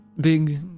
big